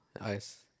ice